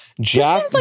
Jack